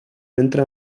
entren